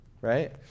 right